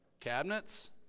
Cabinets